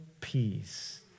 peace